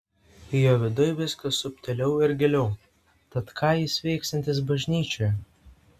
jo viduj viskas subtiliau ir giliau tad ką jis veiksiantis bažnyčioje